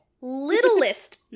littlest